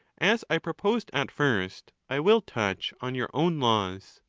as i proposed at first, i will touch on your own laws.